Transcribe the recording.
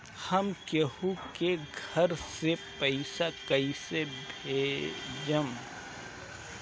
हम केहु के घर से पैसा कैइसे भेजम?